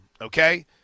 okay